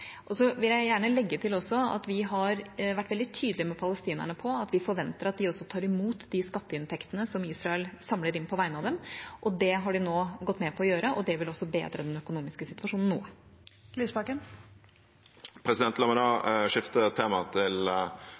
vil gjerne legge til at vi har vært veldig tydelige på overfor palestinerne at vi forventer at de også tar imot de skatteinntektene som Israel samler inn på vegne av dem. Det har de nå gått med på å gjøre, og det vil også bedre den økonomiske situasjonen noe. La meg da skifte tema til